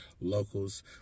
locals